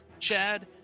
Chad